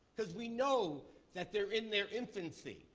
because we know that they're in their infancy.